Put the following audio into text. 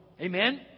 Amen